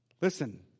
Listen